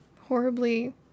horribly